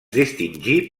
distingí